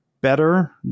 better